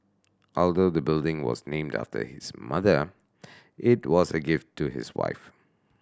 although the building was named after his mother it was a gift to his wife